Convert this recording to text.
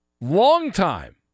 Long-time